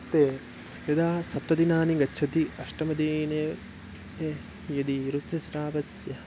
ते यदा सप्त दिनानि गच्छन्ति अष्टमदिने ए यदि ऋतुस्रावस्य